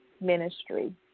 ministry